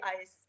ice